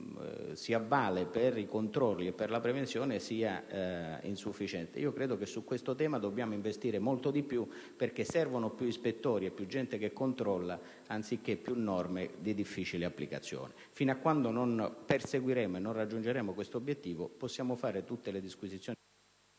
si avvale per i controlli e la prevenzione sia insufficiente. Su questo tema dobbiamo investire molto di più perché servono più ispettori e più gente che controlla, anziché più norme di difficile applicazione. Fino a quando non perseguiremo e raggiungeremo questo obiettivo, possiamo fare tutte le disquisizioni